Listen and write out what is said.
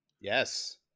Yes